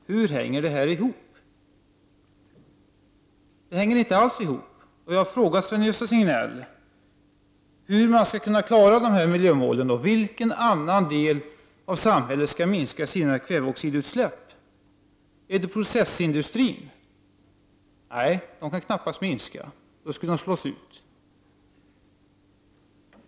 Hur hänger detta ihop? Det hänger inte alls ihop. Jag har frågat Sven-Gösta Signell hur dessa miljömål skall kunna klaras. Vilken annan del av samhället skall minska sina kväveoxidutsläpp? Är det processindustrin? Nej, processindustrin kan knappast minska sina utsläpp, då skulle den slås ut.